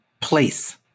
Place